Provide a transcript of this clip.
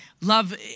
Love